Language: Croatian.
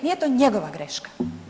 Nije to njegova greška.